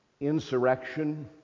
insurrection